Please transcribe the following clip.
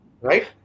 right